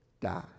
die